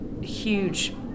huge